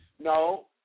No